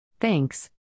thanks